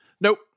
Nope